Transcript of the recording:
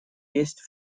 есть